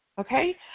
Okay